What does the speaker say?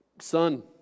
Son